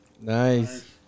Nice